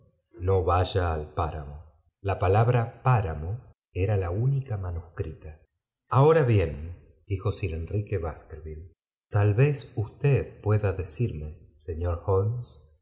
no vaya al púr éramos la palabra páramo era la única manus ahora bien dijo sir enrique baskerville í tal vez usted pueda decirme señor